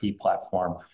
platform